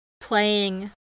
playing